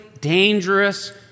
dangerous